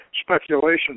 speculation